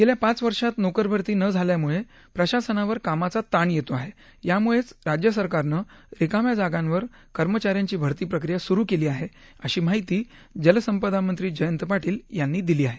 गेल्या पाच वर्षात नोकरभरती न झाल्यामुळे प्रशासनावर कामाचा ताण येतो आहे यामुळेच राज्य सरकारनं रिकाम्या जागांवर कर्मचाऱ्यांची भरती प्रक्रिया सुरु केली आहे अशी माहिती जलसंपदामंत्री जयंत पाटील यांनी दिली आहे